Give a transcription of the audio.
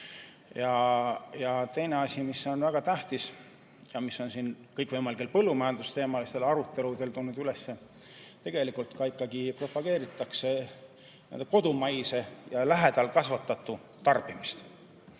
Ja teine asi, mis on väga tähtis ja mis on kõikvõimalikel põllumajandusteemalistel aruteludel jutuks tulnud, on see, et tegelikult ikkagi propageeritakse kodumaise, lähedal kasvatatu tarbimist,